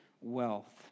wealth